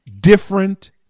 different